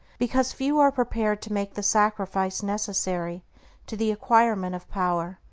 because few are prepared to make the sacrifice necessary to the acquirement of power,